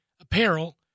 apparel